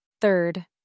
Third